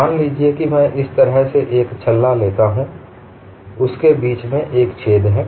मान लीजिए कि मैं इस तरह से एक छल्ला लेता हूं उसके बीच में एक छेद है